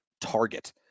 target